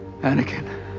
Anakin